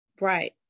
Right